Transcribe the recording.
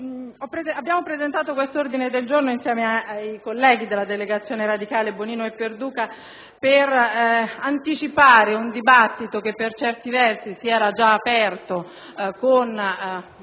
abbiamo presentato questo ordine del giorno insieme ai colleghi della delegazione radicale, senatori Bonino e Perduca, per anticipare un dibattito che, per certi versi, si era già aperto con